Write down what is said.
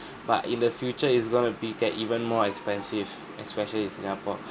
but in the future it's going to be get even more expensive especially in singapore